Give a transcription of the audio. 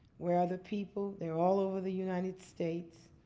where are the people? they're all over the united states,